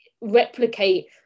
replicate